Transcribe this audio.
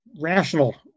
rational